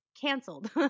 Cancelled